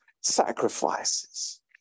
sacrifices